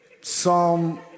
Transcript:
Psalm